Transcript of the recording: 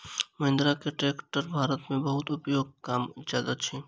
महिंद्रा के ट्रेक्टर भारत में बहुत उपयोग कयल जाइत अछि